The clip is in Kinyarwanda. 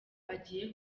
agiye